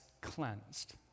cleansed